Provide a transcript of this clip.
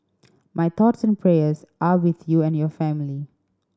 my thoughts and prayers are with you and your family